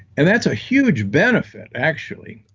and that's a huge benefit actually.